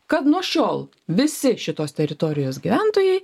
kad nuo šiol visi šitos teritorijos gyventojai